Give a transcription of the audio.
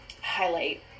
highlight